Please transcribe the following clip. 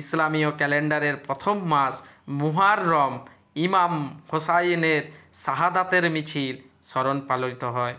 ইসলামীয় ক্যালেন্ডারের প্রথম মাস মুহাররম ইমাম হোসাইনের শাহাদাতের মিছিল স্মরণ পালিত হয়